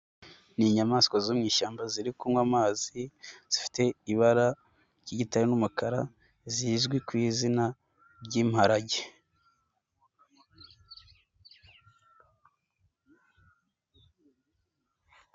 Ni inyamaswa zo mu ishyamba ziri kunywa amazi, zifite ibara ry'igitare n'umukara, zizwi ku izina ry'imparage.